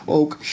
ook